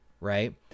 right